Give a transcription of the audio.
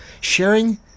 sharing